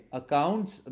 accounts